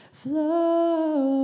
flow